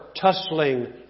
tussling